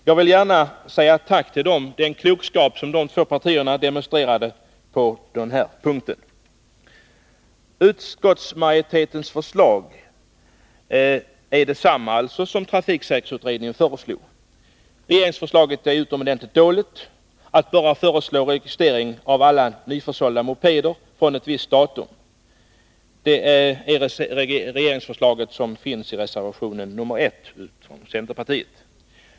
Jag vill gärna tacka för den klokskap som de två partierna demonstrerat på denna punkt. Utskottsmajoritetens förslag är detsamma som trafiksäkerhetsutredningens. Regeringsförslaget är utomordentligt dåligt där det föreslås registrering bara av alla nyförsålda mopeder från ett visst datum. Det regeringsförslaget återfinns i reservation nr 1 av centerpartiet.